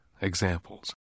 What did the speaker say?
examples